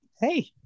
hey